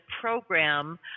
program